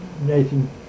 Nathan